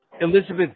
Elizabeth